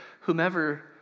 whomever